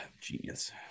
Genius